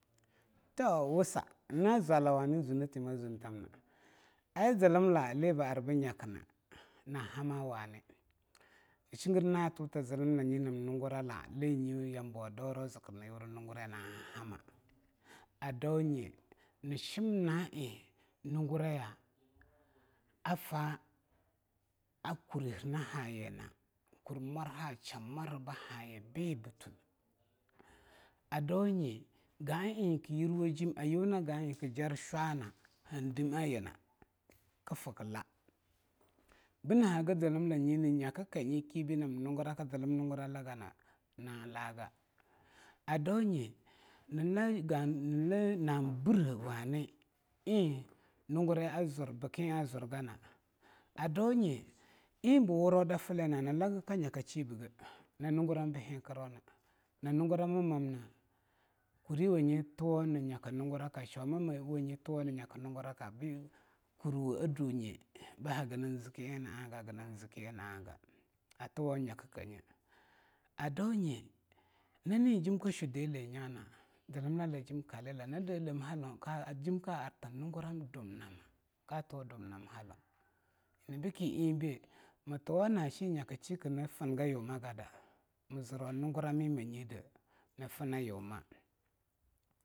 To, wsa na zwala wanne zunneteiong ma zun tamna, ai zlmla lei ba ar bnyakana naa hama a wani. Nching na tota zlmlane nam nungurala le nye yambouwa a dauro zkr nyur nungurayana hana hama, a dawo nye nshim na'a eing nunguraya afa a kurihennahaye na. kurmuarha, shammwarhba haye beibtune, adawonye ga'a eing eing kyirwejem ayuna ga'aeing kjarsha'ana han dm ayina kfkla bna haga zlmlanye nnyakkanye kibei nam nunguraka gana nalaga adawinye nla ga'a nla na'a bre wani eing nunguraya azur bk eing azurgana, adawonye eing bwure dafllei na nlaga kanya kashiyige nyina nunguram bhentrona nyina nungurammanmna kuri wenye a tuwo nnyak nunraka, shaumwanye a tuwo nnyak nunguraka bkurwe a dunye bahaga na zkei eing na'aga -eing-na'aga, a tuwo nangaknkanye, a dawonye nanni jim kshudeleh anya na zlmllajim kalila jim ka'arta nunguram dumnama ka to dumnam halau nyinnna bke eingbei mtuwo na'a nyakshikei nfgyumagada nzro nungurammimanyede nfana yuma.